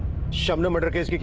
shabnam murder case.